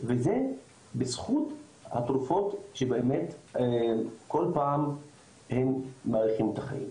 וזה בזכות התרופות שבאמת כל פעם הן מאריכות את החיים.